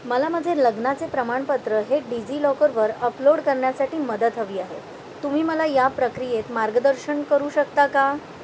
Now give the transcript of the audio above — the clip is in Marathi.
मला माझे लग्नाचे प्रमाणपत्र हे डिझिलॉकरवर अपलोड करण्यासाठी मदत हवी आहे तुम्ही मला या प्रक्रियेत मार्गदर्शन करू शकता का